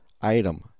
item